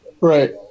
Right